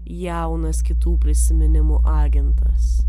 jaunas kitų prisiminimų agentas